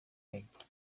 tempo